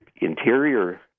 interior